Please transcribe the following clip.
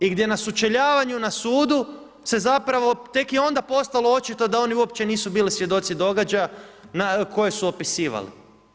I gdje na sučeljavanju na sudu se zapravo tek je onda postalo očito da oni uopće nisu bili svjedoci događaja koje su opisivali.